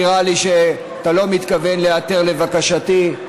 נראה לי שאתה לא מתכוון להיעתר לבקשתי.